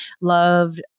loved